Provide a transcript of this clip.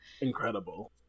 incredible